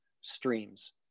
streams